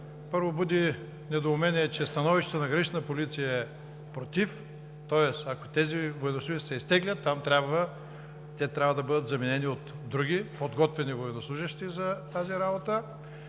първо, буди недоумение, че становището на Гранична полиция е „против“, тоест ако тези военнослужещи се изтеглят, те трябва да бъдат заменени от други подготвени военнослужещи за тази работа.